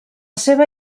seva